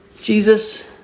Jesus